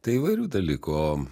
tai įvairių dalykų o